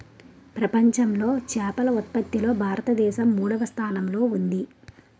ప్రపంచంలో చేపల ఉత్పత్తిలో భారతదేశం మూడవ స్థానంలో ఉంది